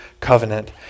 covenant